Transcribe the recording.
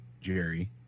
Jerry